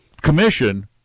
commission